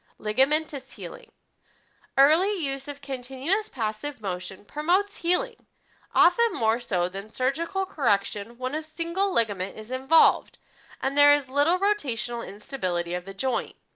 ligamentous healing early use of continuous passive motion promotes healing often more so than surgical correction when a single ligament is involved and there is little rotational instability of the joint.